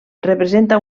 representa